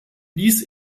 ließ